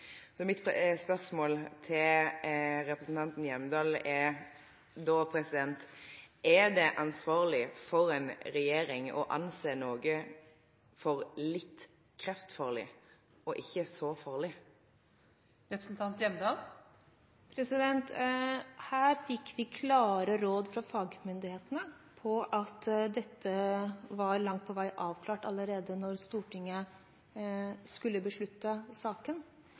så farlig? Her fikk vi klare råd fra fagmyndighetene om at dette langt på vei var avklart allerede da Stortinget skulle beslutte i saken,